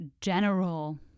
general